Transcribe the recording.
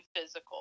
physical